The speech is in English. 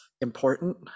important